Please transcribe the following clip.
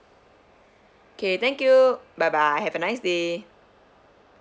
K thank you bye bye have a nice day